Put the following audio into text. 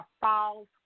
false